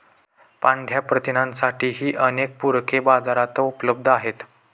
पांढया प्रथिनांसाठीही अनेक पूरके बाजारात उपलब्ध आहेत